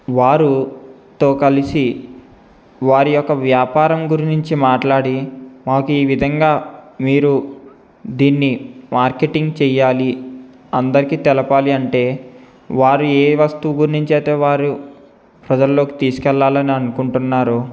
వారితో కలిసి వారి యొక్క వ్యాపారం గురించి మాట్లాడి మాకు ఈ విధంగా మీరు దీన్ని మార్కెటింగ్ చెయ్యాలి అందరికీ తెలపాలి అంటే వారు ఏ వస్తువు గురించి అయితే వారు ప్రజల్లోకి తీసుకెళ్ళాలని అనుకుంటున్నారో